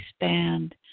expand